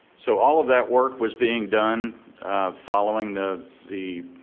so all of that work was being done following the the